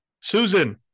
Susan